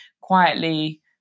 quietly